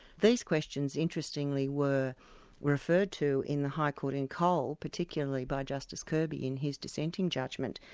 these questions, interestingly, were referred to in the high court in cole, particularly by justice kirby in his dissenting judgment.